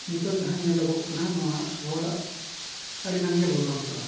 ᱱᱤᱛᱳᱜ ᱡᱟᱦᱟᱸ ᱧᱮᱞᱚᱜᱚᱜ ᱠᱟᱱᱟ ᱱᱚᱣᱟ ᱟᱵᱚᱣᱟᱜ ᱟᱹᱰᱤᱜᱟᱱ ᱜᱮ ᱵᱚᱫᱚᱞ ᱟᱠᱟᱱᱟ